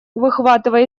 выхватывая